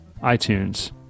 iTunes